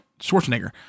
Schwarzenegger